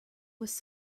was